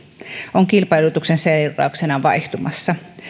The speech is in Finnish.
on kilpailutuksen seurauksena vaihtumassa